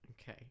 Okay